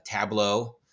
Tableau